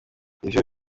iyo